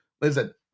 listen